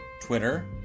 Twitter